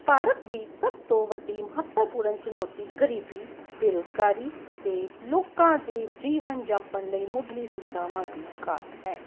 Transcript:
ਭਾਰਤ ਦੀ ਸਭ ਤੋਂ ਵੱਡੀ ਮਹੱਤਵਪੂਰਨ ਚੁਣੌਤੀ ਗਰੀਬੀ ਬੇਰੁਜ਼ਗਾਰੀ ਅਤੇ ਲੋਕਾਂ ਦੇ ਜੀਵਨ ਜਾਪਣ ਲਈ ਮੁੱਢਲੀ ਸੁਵਿਧਾਵਾਂ ਦੀ ਘਾਟ ਹੈ